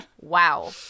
wow